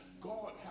God